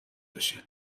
بشه